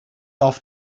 auf